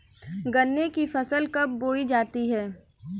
गन्ने की फसल कब बोई जाती है?